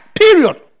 Period